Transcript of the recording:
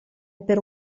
per